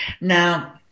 Now